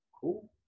cool